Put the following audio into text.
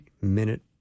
minute